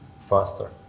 faster